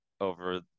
over